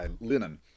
linen